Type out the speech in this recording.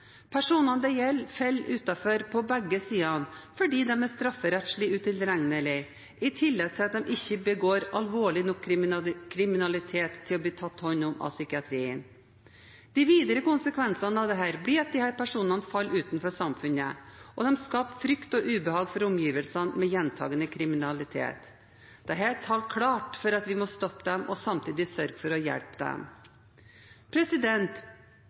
Personene det gjelder, faller utenfor på begge sider fordi de er strafferettslig utilregnelige, i tillegg til at de ikke begår alvorlig nok kriminalitet til å bli tatt hånd om av psykiatrien. De videre konsekvensene av dette blir at disse personene faller utenfor samfunnet, og de skaper frykt og ubehag for omgivelsene med gjentakende kriminalitet. Dette taler klart for at vi må stoppe dem og samtidig sørge for å hjelpe dem.